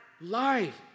life